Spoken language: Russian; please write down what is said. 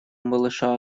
малыша